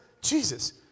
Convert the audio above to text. Jesus